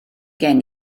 gen